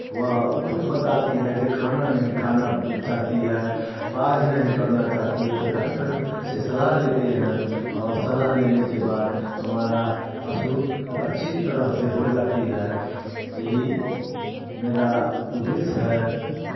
वह खुद बताती है जे खाना नहीं खाना चाहती है पाज नहीं करना चाहती है तो डाक्टर से सलाह लेते हैं और सलाह लेने के बाद हमारा पशु अच्छी तरह से हो जाती है यही मेरा उद्देश्य है